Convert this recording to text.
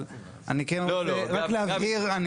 אבל אני כן רוצה רק להבהיר,